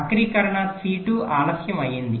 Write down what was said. వక్రీకృత C2 ఆలస్యం అయ్యింది